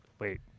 wait